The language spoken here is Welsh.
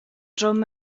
drwm